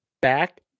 back